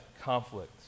conflict